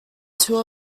two